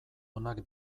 onak